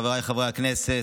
חבריי חברי הכנסת,